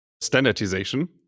standardization